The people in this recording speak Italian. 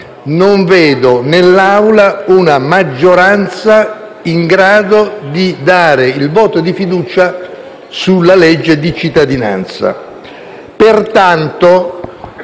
non vedo in Aula una maggioranza in grado di dare il voto di fiducia sul disegno di legge di cittadinanza. Pertanto,